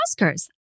Oscars